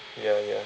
ya ya